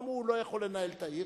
באו ואמרו: הוא לא יכול לנהל את העיר,